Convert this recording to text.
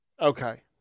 Okay